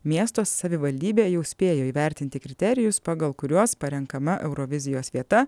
miesto savivaldybė jau spėjo įvertinti kriterijus pagal kuriuos parenkama eurovizijos vieta